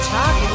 Talk